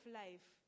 life